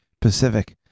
pacific